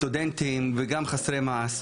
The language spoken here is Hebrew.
סטודנטים וגם חסרי מעש,